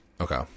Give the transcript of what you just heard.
Okay